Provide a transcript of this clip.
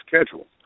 schedule